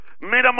minimum